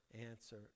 answer